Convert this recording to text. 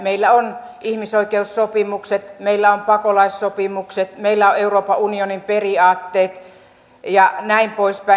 meillä on ihmisoikeussopimukset meillä on pakolaissopimukset meillä on euroopan unionin periaatteet ja näin poispäin